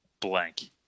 blank